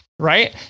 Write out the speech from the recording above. right